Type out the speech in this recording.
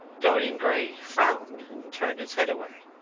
dorian gray frowned and turned his head away.